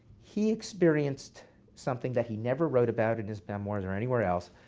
he experienced something that he never wrote about in his memoirs, or anywhere else